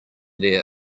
their